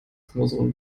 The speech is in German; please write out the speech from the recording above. chromosom